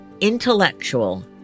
intellectual